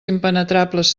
impenetrables